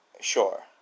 Sure